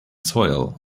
soil